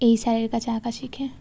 এই স্যারের কাছে আঁকা শিখে